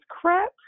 crap